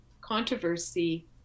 controversy